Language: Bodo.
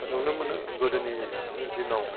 नुनो मोनो गोदोनि दिनाव